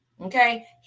Okay